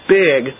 big